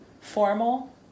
formal